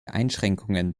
einschränkungen